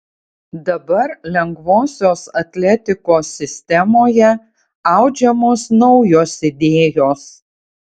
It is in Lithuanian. dabar lengvosios atletikos sistemoje audžiamos naujos idėjos